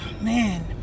man